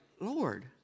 Lord